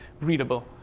readable